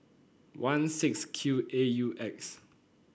one six Q A U X